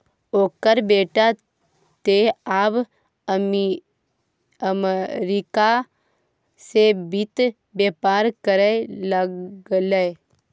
ओकर बेटा तँ आब अमरीका सँ वित्त बेपार करय लागलै